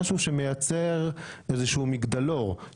דווקא את זה אנחנו צריכים לעשות,